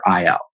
IL